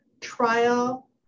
trial